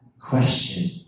question